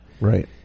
Right